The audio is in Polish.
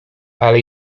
ale